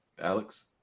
Alex